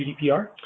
GDPR